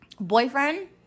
Boyfriend